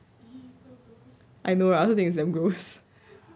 I know I also think it's damn gross